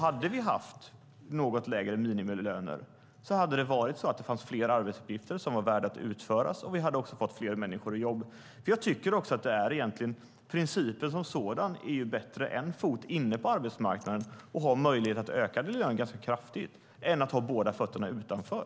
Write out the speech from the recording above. Hade vi haft något lägre minimilöner hade det varit så att det fanns fler arbetsuppgifter som var värda att utföras, och då hade vi också fått fler människor i jobb. Principen som sådan är ju att det är bättre att ha en fot inne på arbetsmarknaden och ha möjlighet att öka lönen ganska kraftigt än att ha båda fötterna utanför.